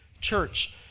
Church